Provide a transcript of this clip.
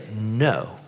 no